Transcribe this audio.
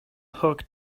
hook